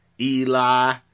Eli